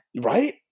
Right